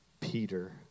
Peter